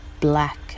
black